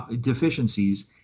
deficiencies